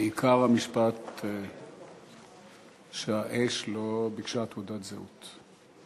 טוב, בעיקר המשפט שהאש לא ביקשה תעודת זהות.